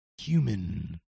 Human